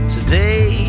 Today